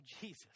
Jesus